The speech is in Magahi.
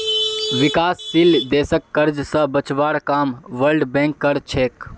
विकासशील देशक कर्ज स बचवार काम वर्ल्ड बैंक कर छेक